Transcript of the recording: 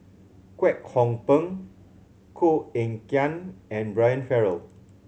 Kwek Hong Png Koh Eng Kian and Brian Farrell